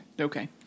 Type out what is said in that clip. Okay